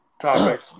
topic